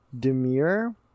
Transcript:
Demir